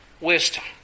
wisdom